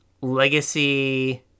Legacy